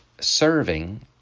serving